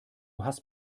hast